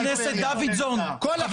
אדוני, אתה מדבר ללא זכות דיבור מזה הרגע.